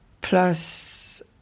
plus